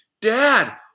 dad